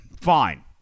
Fine